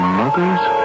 mother's